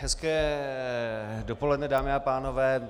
Hezké dopoledne, dámy a pánové.